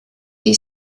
die